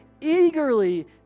eagerly